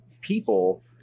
people